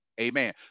Amen